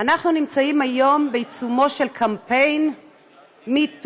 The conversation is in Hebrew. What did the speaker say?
אנחנו נמצאים היום בעיצומו של קמפיין metoo,